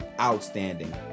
outstanding